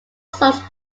songs